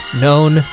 known